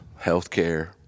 healthcare